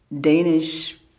Danish